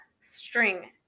string